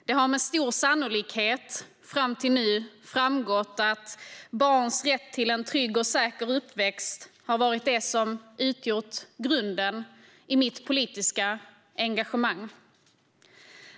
Det har med stor sannolikhet fram till nu framgått att barns rätt till en trygg och säker uppväxt har varit det som utgjort grunden i mitt politiska engagemang.